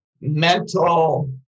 mental